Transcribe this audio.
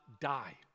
die